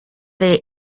their